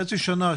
חצי שנה,